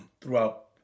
throughout